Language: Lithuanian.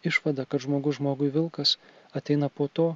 išvada kad žmogus žmogui vilkas ateina po to